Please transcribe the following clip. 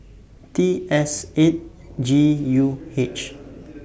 T S eight G U H